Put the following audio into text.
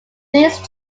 these